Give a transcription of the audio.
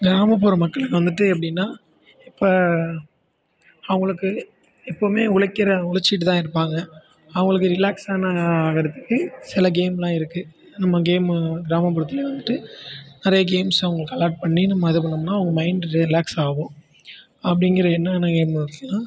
கிராமப்புற மக்களுக்கு வந்துட்டு எப்படின்னா இப்போ அவங்களுக்கு இப்போ எப்பவுமே உழைக்கிற உழைச்சிட்டுதான் இருப்பாங்க அவங்களுக்கு ரிலாக்ஸ் ஆன ஆகிறதுக்கு சில கேமெலாம் இருக்குது நம்ம கேமு கிராமபுறத்தில் வந்துட்டு நிறைய கேம்ஸு அவங்களுக்கு அலாட் பண்ணி நம்ம இது பண்ணிணோம்னா அவங்க மைண்ட் ரிலேக்ஸ் ஆகும் அப்படிங்குற எண்ணம் எனக்கு இருந்துடுச்சு